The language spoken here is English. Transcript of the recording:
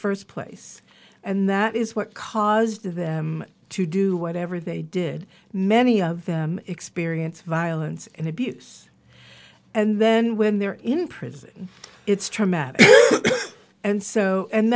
first place and that is what caused them to do whatever they did many of them experience violence and abuse and then when they're in prison it's traumatic and so and